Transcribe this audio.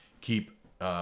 keep